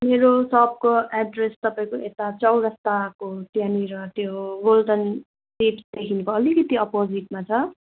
मेरो सपको एड्रेस तपाईँको यता चौरस्ताको त्यहाँनिर त्यो गोल्डन सिटदेखिको अलिकति अपोजिटमा छ